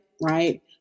right